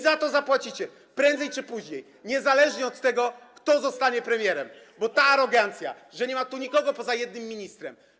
Zapłacicie za to prędzej czy później, niezależnie od tego, kto zostanie premierem, bo ta arogancja - to, że nie ma tu nikogo poza jednym ministrem.